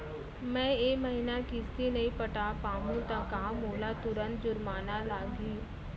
मैं ए महीना किस्ती नई पटा पाहू त का मोला तुरंत जुर्माना लागही?